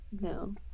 No